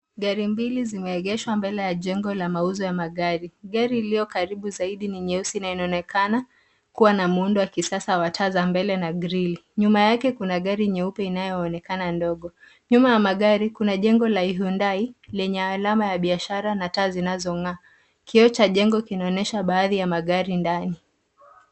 Gari mbili zimeegeshwa mbele ya jengo la mauzo ya magari. Gari iliokaribu zaidi ni nyeusi na inaonekana kuwa na muundo wa kisasa wa taa za mbele na grili. Nyuma yake kuna gari nyeupe inayoonekana ndogo. Nyuma ya magari kuna jengo la Hyundai lenye alama ya biashara na taa zinazong'aa. Kioo cha jengo kinaonyesha baadhi ya magari ndani.